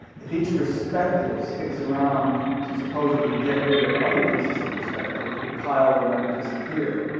if each perspective sticks around to supposedly get rid of other pieces of perspective, the pile will never disappear.